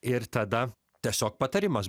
ir tada tiesiog patarimas